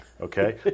Okay